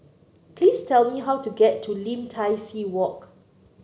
please tell me how to get to Lim Tai See Walk